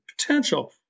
potential